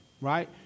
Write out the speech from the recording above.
right